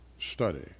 study